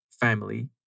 family